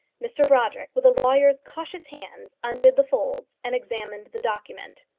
mr brodrick, with a lawyer's cautious hands, undid the folds, and examined the document.